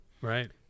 Right